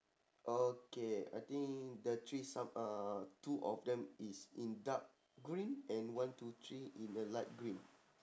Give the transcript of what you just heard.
okay I think the trees some uh two of them is in dark green and one two three in uh light green